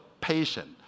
patient